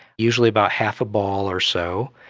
usually about half a ball or so,